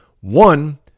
One